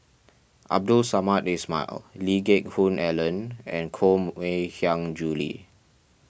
Abdul Samad Ismail Lee Geck Hoon Ellen and Koh Mui Hiang Julie